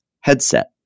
Headset